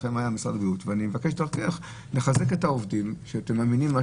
לכם במשרד הבריאות ואני ומבקש דרכך לחזק את העובדים שמאמינים במה